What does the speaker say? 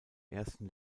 ersten